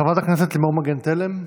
חברת הכנסת לימור מגן תלם,